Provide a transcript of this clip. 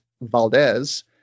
Valdez